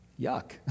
Yuck